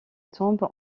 tombe